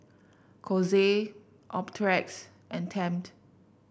Kose Optrex and Tempt